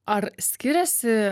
ar skiriasi